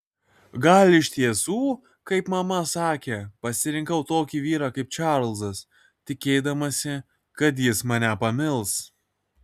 gal iš tiesų kaip mama sakė pasirinkau tokį vyrą kaip čarlzas tikėdamasi kad jis mane pamils